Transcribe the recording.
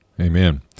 Amen